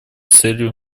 целью